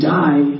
die